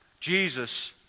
Jesus